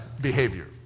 behavior